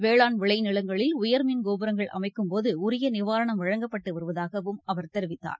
வேளான் விளைநிலங்களில் உயர்மின் கோபுரங்கள் அமைக்கும் போது உரியநிவாரணம் வழங்கப்பட்டுவருவதாகவும் அவர் தெரிவித்தார்